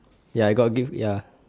ya I got gift ya